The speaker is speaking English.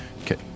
Okay